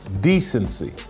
decency